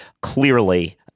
Clearly